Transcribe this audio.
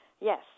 Yes